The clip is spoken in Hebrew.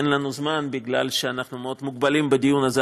אין לנו זמן כי אנחנו מאוד מוגבלים בדיון הזה.